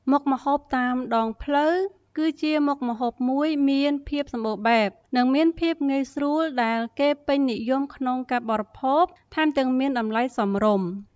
មុខម្ហូបតាមដងផ្លូវ គឺជាមុខម្ហូបមួយមានភាពសម្បូរបែប និងមានភាពងាយស្រួល ដែលគេពេញនិយមក្នុងការបរិភោគ ថែមទាំងមានតម្លៃសមរម្យ។